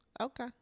Okay